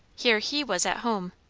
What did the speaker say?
here he was at home.